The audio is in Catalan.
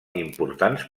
importants